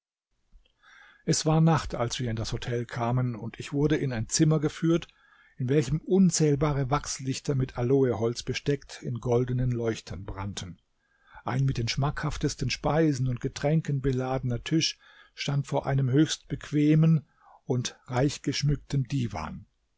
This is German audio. es war nacht als wir in das hotel kamen und ich wurde in ein zimmer geführt in welchem unzählbare wachslichter mit aloeholz besteckt in goldenen leuchtern brannten ein mit den schmackhaftesten speisen und getränken beladener tisch stand vor einem höchst bequemen und reichgeschmückten divan